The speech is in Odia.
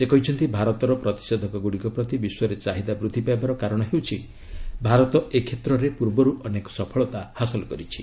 ସେ କହିଛନ୍ତି ଭାରତର ପ୍ରତିଷେଧକଗୁଡ଼ିକ ପ୍ରତି ବିଶ୍ୱରେ ଚାହିଦା ବୃଦ୍ଧି ପାଇବାର କାରଣ ହେଉଛି ଭାରତ ଏ କ୍ଷେତ୍ରରେ ପୂର୍ବରୁ ଅନେକ ସଫଳତା ହାସଲ କରିଛି